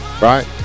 right